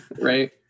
right